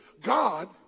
God